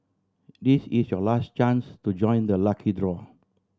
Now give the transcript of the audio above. this is your last chance to join the lucky draw